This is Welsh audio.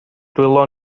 dwylo